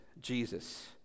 Jesus